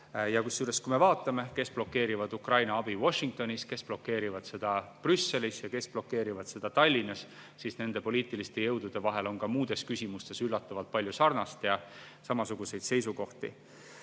Kusjuures, kui me vaatame, kes blokeerivad Ukraina abi Washingtonis, kes blokeerivad seda Brüsselis ja kes blokeerivad seda Tallinnas, siis nende poliitiliste jõudude vahel on ka muudes küsimustes üllatavalt palju sarnast ja neil on samasuguseid seisukohti.